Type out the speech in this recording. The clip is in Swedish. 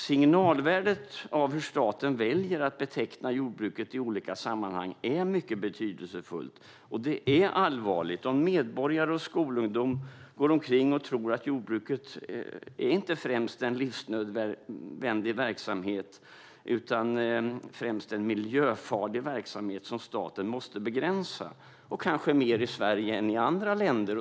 Signalvärdet av hur staten väljer att beteckna jordbruket i olika sammanhang är mycket betydelsefullt. Och det är allvarligt om skolungdomar och övriga medborgare går omkring och tror att jordbruket inte är främst en livsnödvändig verksamhet utan en miljöfarlig verksamhet som staten måste begränsa, och kanske mer i Sverige än i andra länder.